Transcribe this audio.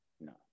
No